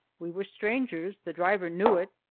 we were strangers the driver knew it.